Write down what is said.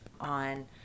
on